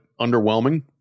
underwhelming